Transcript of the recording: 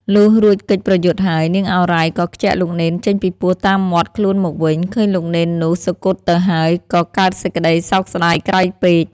លុះរួចកិច្ចប្រយុទ្ធហើយ នាងឱរ៉ៃ ក៏ខ្ជាក់លោកនេនចេញពីពោះតាមមាត់ខ្លួនមកវិញ ឃើញលោកនេននោះ សុគតទៅហើយ ក៏កើតសេចក្តីសោកស្តាយក្រៃពេក ។